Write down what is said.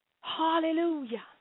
Hallelujah